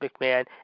McMahon